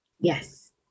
yes